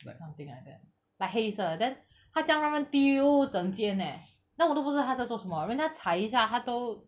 something like that like 黑色的 then 他叫他们丢整间 eh 那我都不知道他在做什么人家踩一下他都